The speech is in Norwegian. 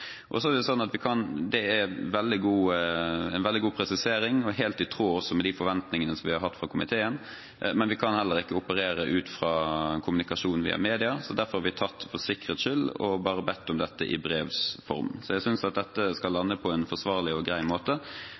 Det er en veldig god presisering, som også er helt i tråd med de forventningene vi har hatt fra komiteens side, men vi kan heller ikke operere ut fra kommunikasjon via media. Derfor har vi for sikkerhets skyld bare bedt om dette i brevs form. Jeg synes at dette skal landes på en forsvarlig og grei måte,